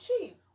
cheap